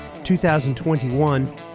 2021